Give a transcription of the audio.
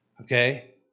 Okay